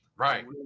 Right